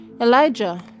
Elijah